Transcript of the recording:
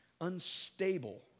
Unstable